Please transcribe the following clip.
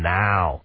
now